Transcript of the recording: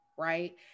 right